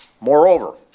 Moreover